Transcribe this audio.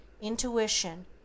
intuition